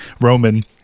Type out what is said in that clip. roman